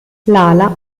lala